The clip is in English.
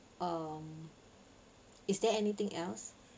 um is there anything else